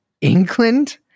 England